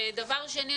דבר שני,